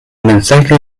mensaje